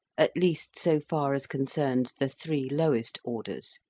at least so far as concerns the three lowest orders,